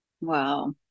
Wow